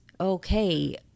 okay